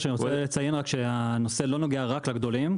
אני רוצה לציין שהנושא לא נוגע רק לגדולים.